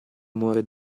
amore